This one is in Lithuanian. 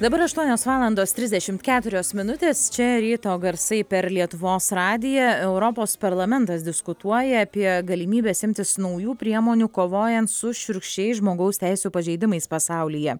dabar aštuonios valandos trisdešimt keturios minutės čia ryto garsai per lietuvos radiją europos parlamentas diskutuoja apie galimybes imtis naujų priemonių kovojant su šiurkščiais žmogaus teisių pažeidimais pasaulyje